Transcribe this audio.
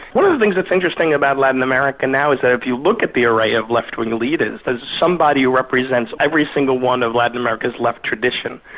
one of the things that's interesting about latin america now is that if you look at the array of left-wing leaders, there's somebody represents every single one of latin america's left tradition.